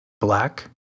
black